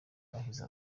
bahize